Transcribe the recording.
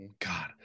God